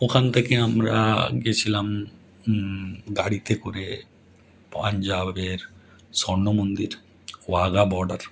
ওখান থেকে আমরা গেছিলাম গাড়িতে করে পাঞ্জাবের স্বর্ণ মন্দির ওয়াঘা বর্ডার